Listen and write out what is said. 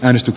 äänestyk